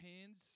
hands